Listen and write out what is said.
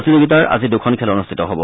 প্ৰতিযোগিতাত আজি দুখন খেন অনুষ্ঠিত হ'ব